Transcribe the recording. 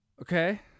okay